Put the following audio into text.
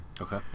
Okay